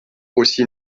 aussi